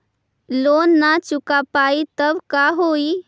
Loan न चुका पाई तब का होई?